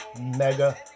mega